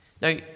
Now